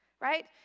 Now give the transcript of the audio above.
right